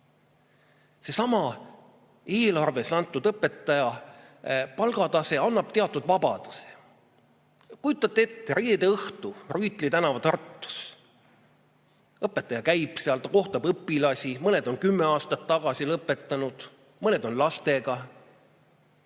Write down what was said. seesama eelarves kirjas olev õpetaja palgatase annab teatud vabaduse. Kujutage ette reede õhtut Rüütli tänaval Tartus! Õpetaja käib seal, ta kohtab õpilasi, mõned on kümme aastat tagasi lõpetanud, mõned on lastega.